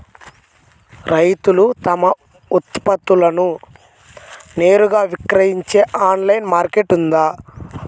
రైతులు తమ ఉత్పత్తులను నేరుగా విక్రయించే ఆన్లైను మార్కెట్ ఉందా?